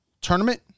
tournament